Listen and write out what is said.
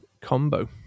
combo